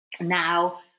now